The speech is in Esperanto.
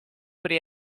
pri